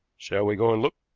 shall we go and look?